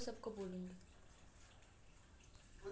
निजी निवेशक के अनेक अवसर आ जोखिम के सामना करय पड़ै छै